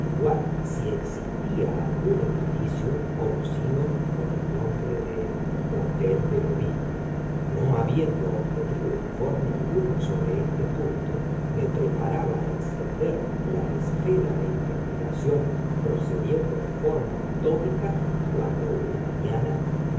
si existía algún edificio conocido por el nombre de hotel del obispo no habiendo obtenido informe alguno sobre este punto me preparaba a extender la esfera de investigación procediendo en forma metódica cuando una mañana